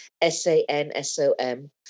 S-A-N-S-O-M